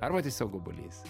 arba tiesiog obuolys